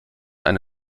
eine